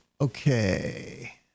okay